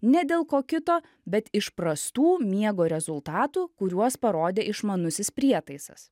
ne dėl ko kito bet iš prastų miego rezultatų kuriuos parodė išmanusis prietaisas